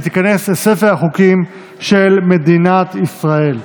ותיכנס לספר החוקים של מדינת ישראל.